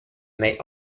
may